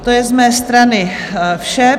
To je z mé strany vše.